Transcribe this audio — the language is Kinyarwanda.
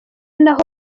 naho